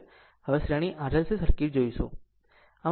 હવે શ્રેણી RLC circuit જોશે